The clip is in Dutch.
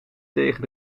tegen